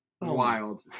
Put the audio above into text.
Wild